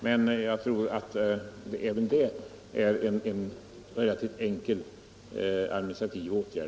Men även det innebär en relativt enkel administrativ åtgärd.